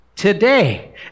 today